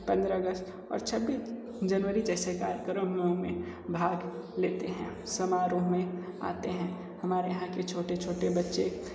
पंद्रह अगस्त और छब्बीस जनवरी जैसे कार्यक्रमों में भाग लेते हैं समारोह में आते हैं हमारे यहाँ के छोटे छोटे बच्चे